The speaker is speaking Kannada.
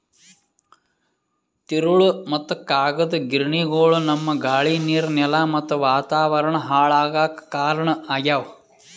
ತಿರುಳ್ ಮತ್ತ್ ಕಾಗದದ್ ಗಿರಣಿಗೊಳು ನಮ್ಮ್ ಗಾಳಿ ನೀರ್ ನೆಲಾ ಮತ್ತ್ ವಾತಾವರಣ್ ಹಾಳ್ ಆಗಾಕ್ ಕಾರಣ್ ಆಗ್ಯವು